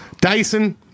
Dyson